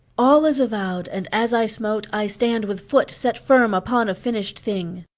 all is avowed, and as i smote i stand with foot set firm upon a finished thing!